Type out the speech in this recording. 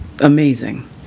amazing